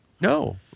No